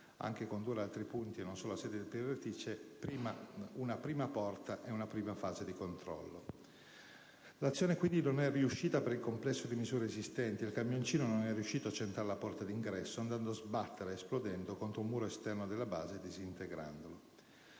anche condurre ad altri punti e non solo alla sede del PRT, c'è una prima porta e una prima fase di controllo. L'azione quindi non è riuscita per il complesso di misure esistenti e il camioncino non è riuscito a centrare la porta di ingresso andando a sbattere, esplodendo, contro il muro esterno della base, disintegrandolo.